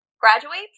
graduates